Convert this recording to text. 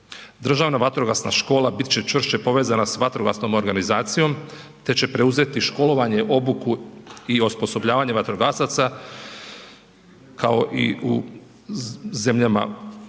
Državna vatrogasna škola bit će čvršće povezana s vatrogasnom organizacijom, te će preuzeti školovanje, obuku i osposobljavanje vatrogasaca kao i u zemljama koje nam